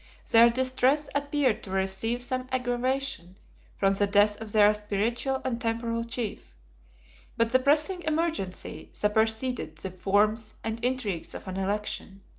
their distress appeared to receive some aggravation from the death of their spiritual and temporal chief but the pressing emergency superseded the forms and intrigues of an election